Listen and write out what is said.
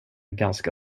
ganska